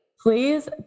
Please